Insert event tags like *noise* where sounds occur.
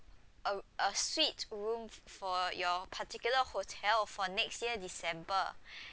a a suite room f~ for your particular hotel for next year december *breath*